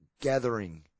Gathering